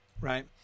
right